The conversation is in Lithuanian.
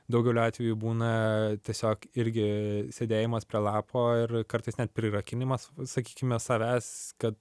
daugelių atvejų būna tiesiog irgi sėdėjimas prie lapo ir kartais net prirakinimas sakykime savęs kad